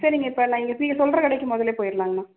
சரிங்க இப்போ நான் நீங்கள் சொல்கிற கடைக்கு முதலே போயிர்லாங்கணா